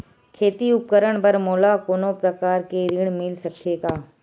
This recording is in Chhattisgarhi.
खेती उपकरण बर मोला कोनो प्रकार के ऋण मिल सकथे का?